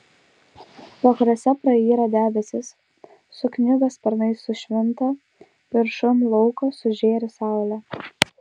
vakaruose prayra debesys sukniubę sparnai sušvinta viršum lauko sužėri saulė